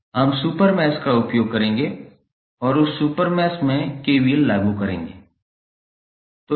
हम super mesh का उपयोग करेंगे और उस सुपर मैश में KVL लागू करेंगे